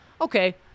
okay